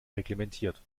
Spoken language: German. reglementiert